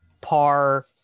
par